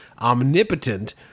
omnipotent